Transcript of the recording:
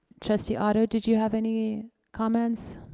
trustee otto, did you have any comments?